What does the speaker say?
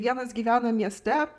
vienas gyvena mieste